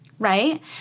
Right